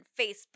Facebook